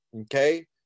okay